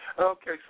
Okay